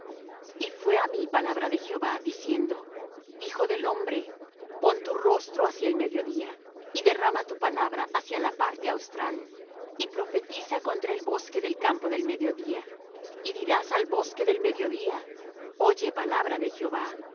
y fué á mí palabra de jehová diciendo hijo del hombre pon tu rostro hacia el mediodía y derrama tu palabra hacia la parte austral y profetiza contra el bosque del campo del mediodía y dirás al bosque del mediodía oye palabra de jehová